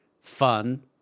fun